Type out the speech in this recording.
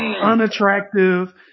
unattractive